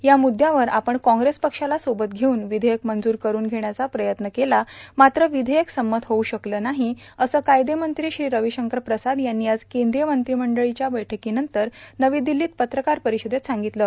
या मुद्यावर आपण काँग्रेस पक्षाला सोबत घेऊन विधेयक मंजूर करून घेण्याचा प्रयत्न केला मात्र विधेयक संमत होऊ शकलं नाही असं कायदेमंत्री श्री रविशंकर प्रसाद यांनी आज केंद्रीय मंत्रिमंडळ बैठकीनंतर नवी दिल्लीत पत्रकार परिषदेत सांगितलं